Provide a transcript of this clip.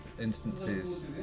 instances